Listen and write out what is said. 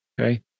Okay